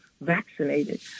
vaccinated